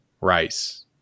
Rice